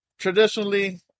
Traditionally